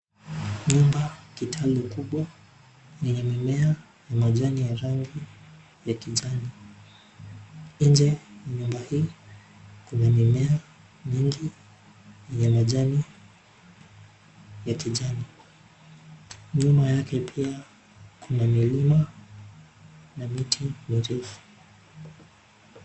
Nyumba kitalu kubwa yenye mimea ya majani ya rangi ya kijani. Nje ya nyumba hii kuna mimea nyingi yenye majani ya kijani. Nyuma yake pia kuna milima na miti mirefu.